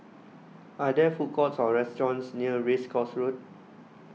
Are There Food Courts Or restaurants near Race Course Road